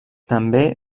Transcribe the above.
també